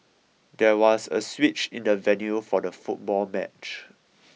there was a switch in the venue for the football match